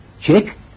Check